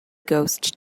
ghost